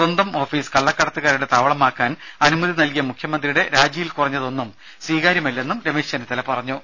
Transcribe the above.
സ്വന്തം ഓഫീസ് കള്ളക്കടത്തുകാരുടെ താവളമാക്കാൻ അനുമതി നൽകിയ മുഖ്യമന്തിയുടെ രാജിയിൽ കുറഞ്ഞതൊന്നും സ്വീകാര്യമല്ലന്നും രമേശ് ചെന്നിത്തല പറഞ്ഞു